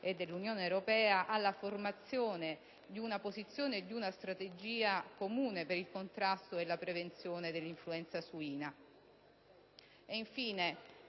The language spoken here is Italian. dell'Unione europea, alla formazione di una posizione e di una strategia comune per il contrasto e la prevenzione dell'influenza suina.